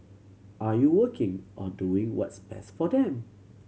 are you working on doing what's best for them